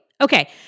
Okay